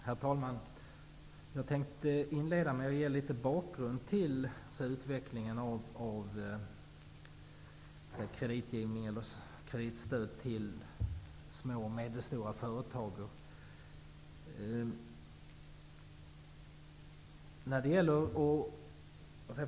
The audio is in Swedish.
Herr talman! Jag tänkte inleda med att ge litet bakgrund genom att beskriva utvecklingen av kreditstödet till små och medelstora företag.